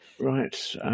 Right